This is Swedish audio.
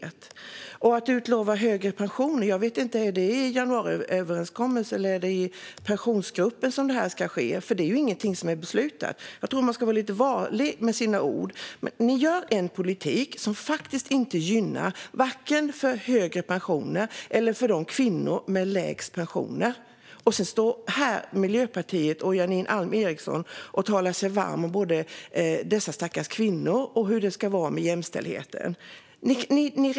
Och när det gäller att utlova högre pensioner - är det i januariöverenskommelsen eller inom Pensionsgruppen som det ska ske? Det är nämligen ingenting som är beslutat. Jag tror att man ska vara lite varlig med sina ord. Man bedriver en politik som faktiskt varken skapar högre pensioner eller gynnar de kvinnor som har lägst pensioner. Sedan står Miljöpartiets Janine Alm Ericson här och talar sig varm både för dessa stackars kvinnor och för jämställdheten.